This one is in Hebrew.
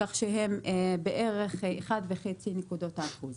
כך שהם בערך 1.5 נקודות האחוז.